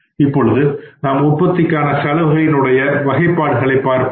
இப்பொழுது நாம் உற்பத்திக்கான செலவுகளினுடைய வகைப்பாடுகளை பார்ப்போம்